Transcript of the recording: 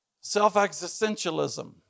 Self-existentialism